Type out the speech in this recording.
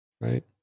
right